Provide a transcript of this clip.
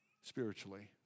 spiritually